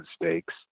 mistakes